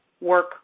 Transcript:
work